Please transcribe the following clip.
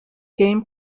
game